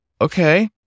Okay